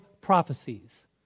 prophecies